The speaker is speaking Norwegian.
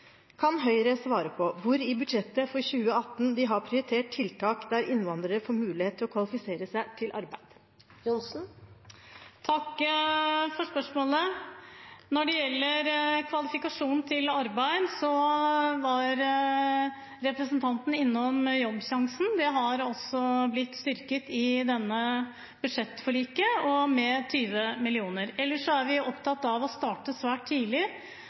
Kan Høyre svare på hvor i budsjettet for 2018 de har prioritert tiltak der innvandrere får mulighet til å kvalifisere seg til arbeid? Takk for spørsmålet. Når det gjelder kvalifikasjon til arbeid, var representanten innom Jobbsjansen. Den er blitt styrket med 20 mill. kr i dette budsjettforliket. Ellers er vi opptatt av å starte svært tidlig,